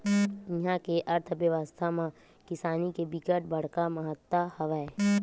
इहा के अर्थबेवस्था म किसानी के बिकट बड़का महत्ता हवय